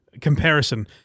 comparison